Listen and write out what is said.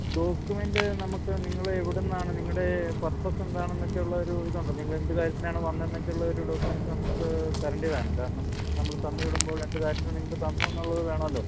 document നമുക്ക് നിങ്ങൾ എവിടുന്നാണ് നിങ്ങളുടെ പർപ്പസ്സെന്താണെന്ന് ഒക്കെയുള്ള ഒരു ഇതുണ്ടോ നിങ്ങൾ എന്തു കാര്യത്തിനാണ് വന്നതെന്ന് ഒക്കെയുള്ളൊരു ഡോക്കുമെൻറ്സ് നമുക്ക് തരണ്ടേതാണ് കാരണം ഇത് നമ്മൾ തന്ന് വിടുമ്പോൾ എന്തു കാര്യത്തിന് നിങ്ങൾക്ക് തന്നൂ എന്നുള്ളത് വേണമല്ലോ